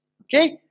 okay